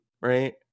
right